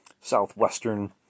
Southwestern